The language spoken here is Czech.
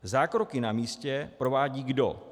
Zákroky na místě provádí kdo?